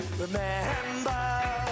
Remember